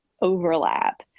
overlap